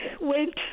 went